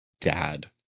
dad